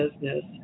business